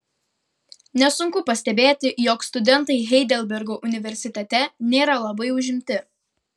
nesunku pastebėti jog studentai heidelbergo universitete nėra labai užimti